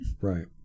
Right